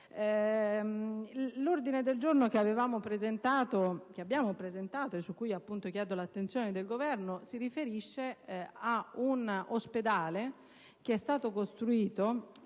L'ordine del giorno che abbiamo presentato, e su cui chiedo l'attenzione del Governo, si riferisce ad un ospedale che è stato costruito